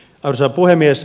arvoisa puhemies